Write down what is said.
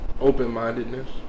open-mindedness